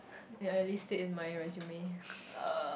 yea at least state in my resume